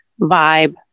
vibe